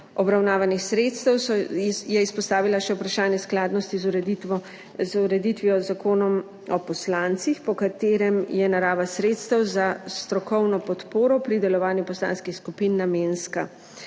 obravnavanih sredstev je izpostavila še vprašanje skladnosti z ureditvijo z Zakonom o poslancih, po katerem je narava sredstev za strokovno podporo pri delovanju poslanskih skupin namenska.